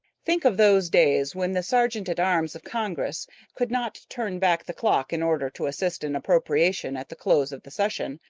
think of those days when the sergeant-at-arms of congress could not turn back the clock in order to assist an appropriation at the close of the session,